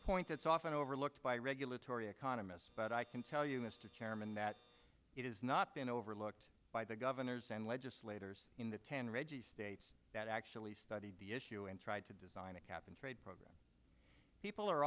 point that's often overlooked by regulatory economists but i can tell you mr chairman that it has not been overlooked by the governors and legislators in the ten reggie states that actually studied the issue and tried to design a cap and trade program people are